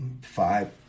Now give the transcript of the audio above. five